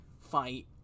Fight